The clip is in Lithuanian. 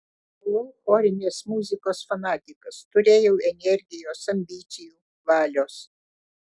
buvau chorinės muzikos fanatikas turėjau energijos ambicijų valios